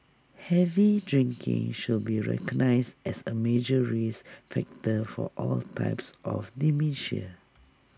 heavy drinking should be recognised as A major risk factor for all types of dementia